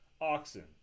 oxen